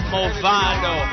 Movado